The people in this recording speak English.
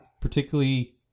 particularly